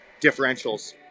differentials